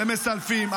הם מסלפים.